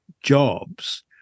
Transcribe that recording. jobs